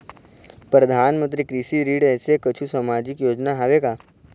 परधानमंतरी कृषि ऋण ऐसे कुछू सामाजिक योजना हावे का?